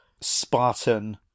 Spartan